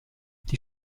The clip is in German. die